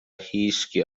هیچکی